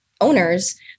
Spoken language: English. owners